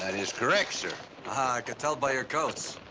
and is correct, sir. ah i could tell by your coats.